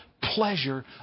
pleasure